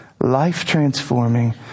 life-transforming